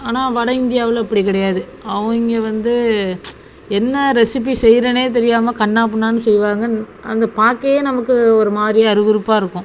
ஆனால் வட இந்தியாவில் அப்படி கிடையாது அவங்க வந்து என்ன ரெஸிப்பி செய்கிறன்னே தெரியாம கன்னாப் பின்னான்னு செய்வாங்க அந்த பார்க்கையே நமக்கு ஒரு மாதிரி அருவருப்பாக இருக்கும்